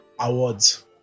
awards